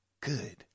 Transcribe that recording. good